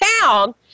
town